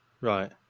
right